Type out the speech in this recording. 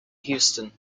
houston